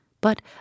but